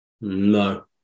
No